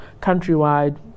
countrywide